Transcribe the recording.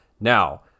Now